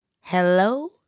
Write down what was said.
hello